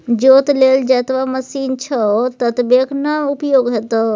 जोत लेल जतबा जमीन छौ ततबेक न उपयोग हेतौ